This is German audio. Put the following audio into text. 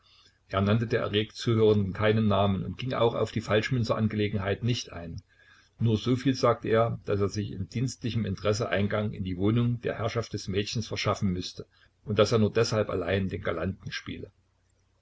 er nannte der erregt zuhörenden keinen namen und ging auch auf die falschmünzerangelegenheit nicht ein nur soviel sagte er daß er sich in dienstlichem interesse eingang in die wohnung der herrschaft des mädchens verschaffen müßte und daß er nur deshalb allein den galanten spiele